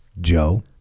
Joe